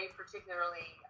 particularly